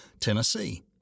Tennessee